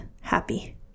happy